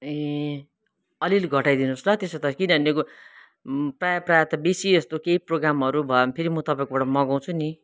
ए अलिअलि घटाइदिनुहोस् ल त्यसो त किनभने प्रायः प्रायः त बेसी जस्तो केही प्रोग्रामहरू भयो भने फेरि म तपाईँहरूकोबाटै मगाउँछु नि